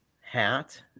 hat